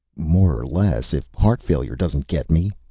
more or less if heart-failure doesn't get me.